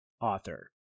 author